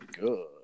good